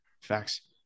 Facts